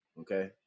okay